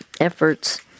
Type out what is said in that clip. efforts